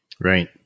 Right